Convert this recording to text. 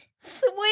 Sweet